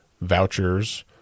vouchers